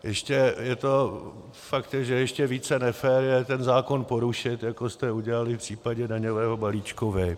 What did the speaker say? Fakt je, že ještě více nefér je ten zákon porušit, jako jste udělali v případě daňového balíčku vy.